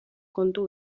kontu